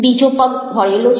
બીજો પગ વળેલો છે